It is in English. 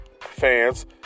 fans